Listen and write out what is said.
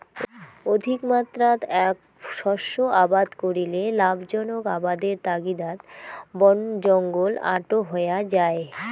অধিকমাত্রাত এ্যাক শস্য আবাদ করিলে লাভজনক আবাদের তাগিদাত বনজঙ্গল আটো হয়া যাই